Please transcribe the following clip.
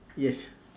yes